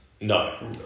No